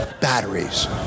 Batteries